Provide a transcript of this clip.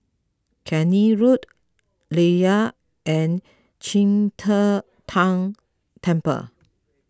Keene Road Layar and Qing De Tang Temple